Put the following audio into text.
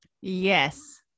Yes